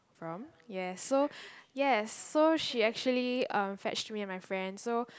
from yes so yes so she actually um fetched me and my friend so